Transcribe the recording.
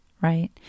right